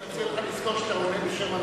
אני מציע לך לזכור שאתה עונה בשם הממשלה.